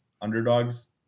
underdogs